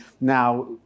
now